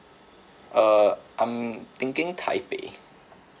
uh I'm thinking taipei